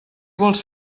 vols